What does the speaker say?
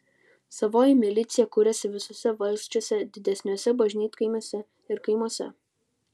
savoji milicija kūrėsi visuose valsčiuose didesniuose bažnytkaimiuose ir kaimuose